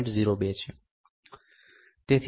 02 છે